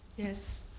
Yes